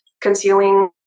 concealing